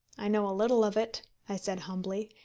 i know a little of it, i said humbly,